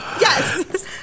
yes